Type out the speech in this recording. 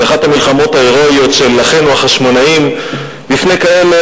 זו אחת המלחמות ההירואיות של אחינו החשמונאים לפני כאלה,